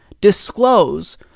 disclose